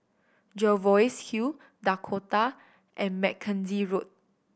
Jervois Hill Dakota and Mackenzie Road